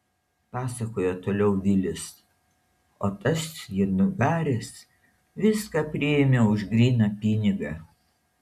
pasakojo toliau vilis o tas juodnugaris viską priėmė už gryną pinigą